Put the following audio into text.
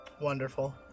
Wonderful